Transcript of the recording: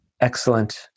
excellent